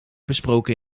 besproken